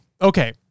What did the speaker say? Okay